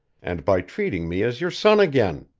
and by treating me as your son again!